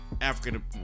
African